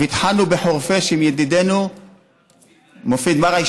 והתחלנו בחורפיש עם ידידנו מופיד מרעי,